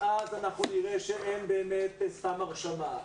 ואז אנחנו נראה שאין באמת סתם הרשמה.